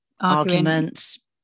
Arguments